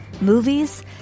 movies